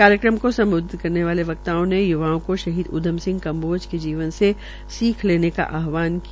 कार्यक्रम को सम्बोधित करने वाले वक्ताओं ने य्वाओं को शहीद उद्यम सिंह कम्बोज के जीवन से सीख लेने का आहवान किया